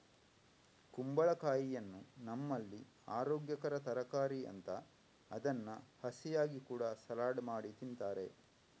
ಕುಂಬಳಕಾಯಿಯನ್ನ ನಮ್ಮಲ್ಲಿ ಅರೋಗ್ಯಕರ ತರಕಾರಿ ಅಂತ ಅದನ್ನ ಹಸಿಯಾಗಿ ಕೂಡಾ ಸಲಾಡ್ ಮಾಡಿ ತಿಂತಾರೆ